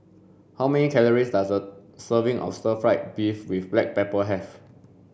how many calories does a serving of stir fried beef with black pepper have